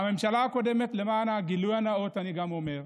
בממשלה הקודמת, למען הגילוי הנאות אני גם אומר,